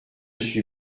suis